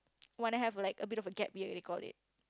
wanna have like abit of a gap year we'll call it